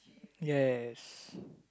yes